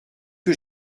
que